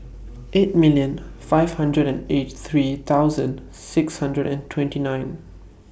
eight million five hundred and eighty three thousand six hundred and twenty nine